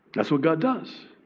that's what god does.